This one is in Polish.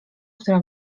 która